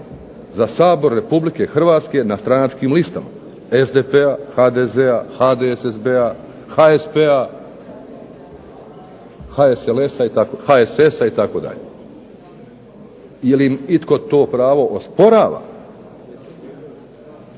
za Sabor Republike Hrvatske na stranačkim listama SDP-a, HDZ-a, HDSSB-a, HSP-a, HSLS-a, HSS-a itd. Je li im itko to pravo osporava